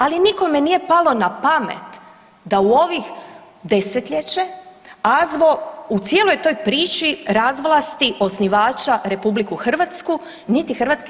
Ali nikome nije palo na pamet da u ovih 10-ljeće AZVO u cijeloj toj priči razvlasti osnivača RH, niti HS.